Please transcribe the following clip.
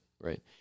right